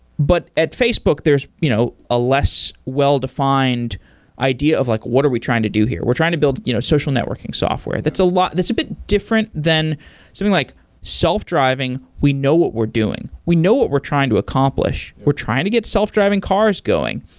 but at facebook, there's you know a less well-defined idea of like what are we trying to do here? we're trying to build you know social networking software. that's a bit different than something like self-driving, we know what we're doing, we know what we're trying to accomplish. we're trying to get self-driving cars going.